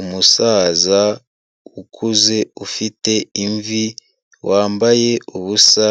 Umusaza ukuze ufite imvi wambaye ubusa,